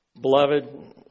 beloved